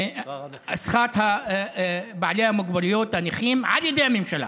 שכר בעלי המוגבלויות, הנכים, על ידי הממשלה.